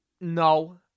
No